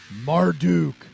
Marduk